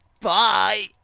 Bye